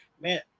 man